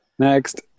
next